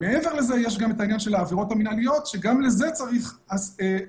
מעבר לזה יש גם את העניין של העבירות המנהליות שגם לזה צריך הסכמה